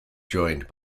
joined